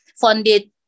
funded